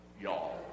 y'all